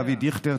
אבי דיכטר,